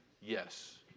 Yes